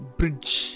bridge